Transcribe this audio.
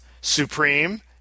Supreme